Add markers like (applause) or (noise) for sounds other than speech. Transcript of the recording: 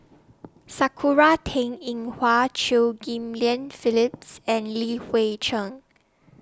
(noise) Sakura Teng Ying Hua Chew Ghim Lian Phyllis and Li Hui Cheng